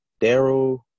Daryl